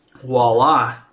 voila